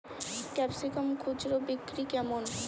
Capsicum খুচরা বিক্রি কেমন?